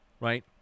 right